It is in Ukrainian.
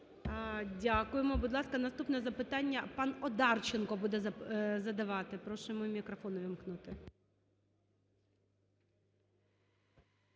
Дякуємо. Будь ласка, наступне запитання пан Одарченко буде задавати. Прошу йому мікрофон увімкнути.